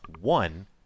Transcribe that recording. one